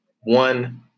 One